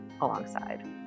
alongside